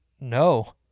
No